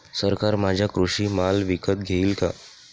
सरकार माझा कृषी माल विकत घेईल का?